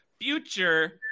future